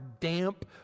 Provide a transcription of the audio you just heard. damp